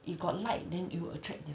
if got light then it will attract them